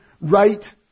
right